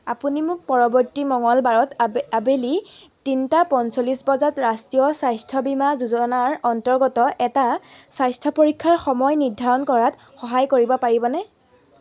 আপুনি মোক পৰবৰ্তী মঙলবাৰত আব আবেলি তিনিটা পঞ্চল্লিছ বজাত ৰাষ্ট্ৰীয় স্বাস্থ্য বীমা যোজনাৰ অন্তৰ্গত এটা স্বাস্থ্য পৰীক্ষাৰ সময় নিৰ্ধাৰণ কৰাত সহায় কৰিব পাৰিবনে